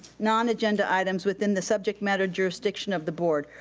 non-agenda items within the subject matter jurisdiction of the board.